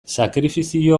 sakrifizio